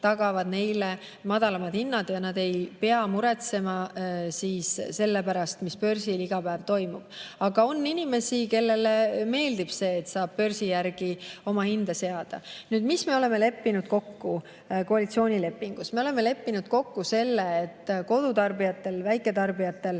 tagavad neile madalamad hinnad ja nad ei pea muretsema selle pärast, mis börsil iga päev toimub. Aga on inimesi, kellele meeldib see, et saab börsi järgi oma hinda seada. Mis me oleme leppinud kokku koalitsioonilepingus? Me oleme leppinud kokku selle, et kodutarbijatel, väiketarbijatel